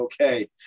okay